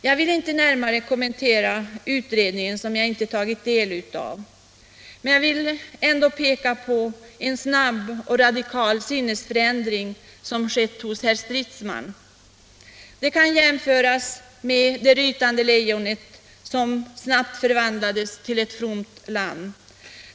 Jag vill inte närmare kommentera utredningen, som jag inte tagit del av. Däremot vill jag peka på en snabb och radikal sinnesförändring som har skett hos herr Stridsman; han kan närmast jämföras med det rytande lejonet som hastigt förvandlades till ett fromt lamm.